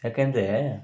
ಯಾಕೆಂದರೆ